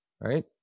Right